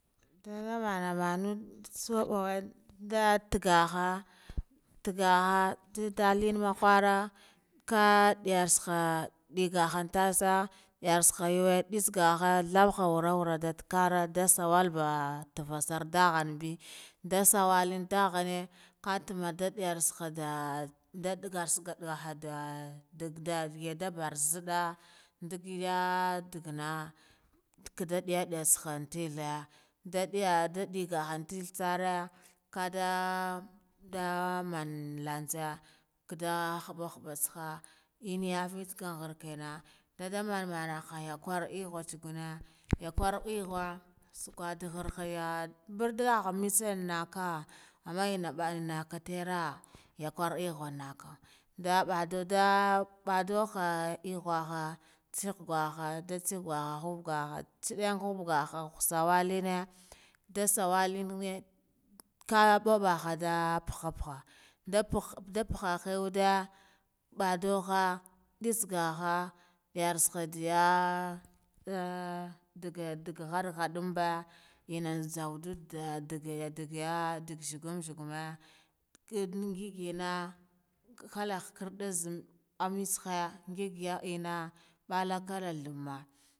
Ndanama manu subbu nda taggaha nh taggaha nziz dalima khura, kha diyasha ngigahan tassa yar saha yuwe ndits gahe thabba wure wure nda takkara dah sawalba ntuva sahar nduhanbe nda sawalen ndaghane kataman dah diyaksaha nda dugan sugar duha dah dagda bar nzidda ndig ya daggana khah da diya diya ntithe da diya, nda deguhon tive sare kada da man mantsaya kadda hubba hubba tsaha ennaya fintsa gharkena dada mana mana hayakwar eghla tsuguna iyakwor eghua sakwa da ghorya mbardaha mtsa ennakah amma enna tera yakwor eghaa enna ka ndabada dah baduha eghua ha ntseh gwaha nda ntse gwaha eghua ha dah hubba eghua ha tseden dah habba ha sawoline, dah sawalene kha babbaha ah puha puha ndah puh puhahe udey baduha ndtise gaha yarsaha diya ah ah dak hor ha denbe, enna da daga daga ah dag vesh gom veshgama ed ngige enna kalla khakarde zam ah mits haya enna